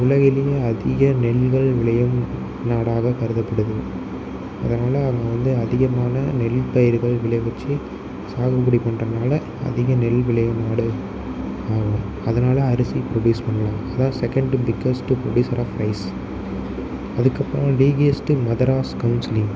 உலகிலேயே அதிக நெற்கள் விளையும் நாடாக கருதப்படுது அதனால் அங்கேவந்து அதிகமான நெற்பயிர்கள் விளைவிச்சு சாகுபடி பண்ணுறனால அதிக நெல் விளையும் நாடு ஆகும் அதனால அரிசி ப்ரொடியூஸ் பண்ணலாம் ஆனால் second biggest producer of rice அதுக்கு அப்புறம் லீகியஸ்ட்டு மதராஸ் கவுன்சிலிங்